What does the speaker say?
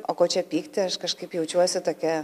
o ko čia pykti aš kažkaip jaučiuosi tokia